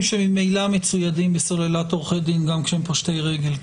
שממילא מצוידים בסוללת עורכי דין גם כשהם פושטי רגל.